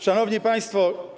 Szanowni Państwo!